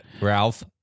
Ralph